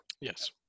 Yes